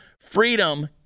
Freedom